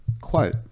quote